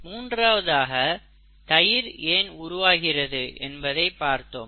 மூன்றாவதாக தயிர் ஏன் உருவாகிறது என்பதை பார்த்தோம்